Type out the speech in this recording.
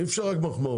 אי אפשר רק מחמאות.